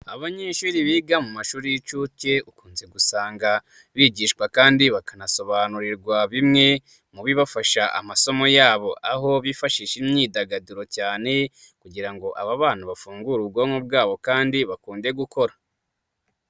Abanyeshuri biga mu mashuri y'insuke ukunze gusanga bigishwa kandi bakanasobanurirwa bimwe mu bibafasha amasomo yabo, aho bifashisha imyidagaduro cyane kugira ngo aba bana bafungure ubwonko bwabo kandi bakunde gukora.